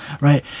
right